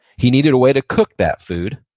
he needed a way to cook that food.